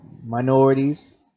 minorities